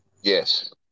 Yes